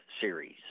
series